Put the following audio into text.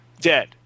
dead